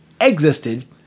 existed